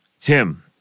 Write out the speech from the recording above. Tim